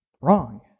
wrong